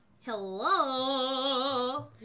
Hello